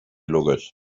luges